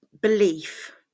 belief